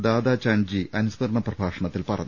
ദാദാചാൻജി അനുസ്മരണ പ്രഭാഷണത്തിൽ പറഞ്ഞു